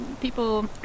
people